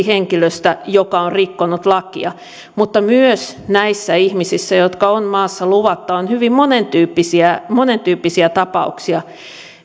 henkilöstä joka on rikkonut lakia mutta myös näissä ihmisissä jotka ovat maassa luvatta on hyvin monentyyppisiä monentyyppisiä tapauksia